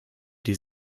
die